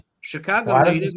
Chicago